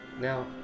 Now